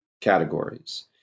categories